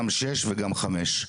גם שש וגם חמש,